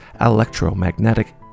electromagnetic